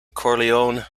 corleone